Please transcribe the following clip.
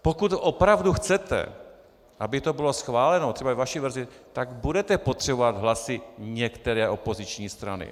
Pokud opravdu chcete, aby to bylo schváleno, třeba ve vaší verzi, tak budete potřebovat hlasy některé opoziční strany.